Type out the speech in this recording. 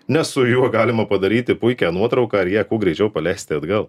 nes su juo galima padaryti puikią nuotrauką ir ją kuo greičiau paleisti atgal